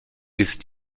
ist